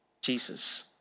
Jesus